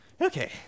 okay